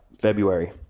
February